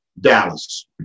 Dallas